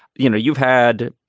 you know you've had,